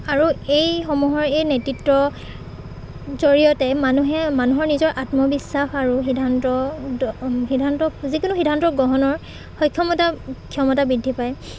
আৰু এইসমূহৰ এই নেতৃত্বৰ জৰিয়তে মানুহে মানুহৰ নিজৰ আত্মবিশ্বাস আৰু সিদ্ধান্ত সিদ্ধান্ত যিকোনো সিদ্ধান্ত গ্ৰহণৰ সক্ষমতা ক্ষমতা বৃদ্ধি পায়